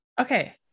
okay